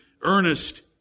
earnest